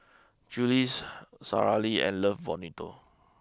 Julie's Sara Lee and love Bonito